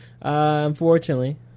unfortunately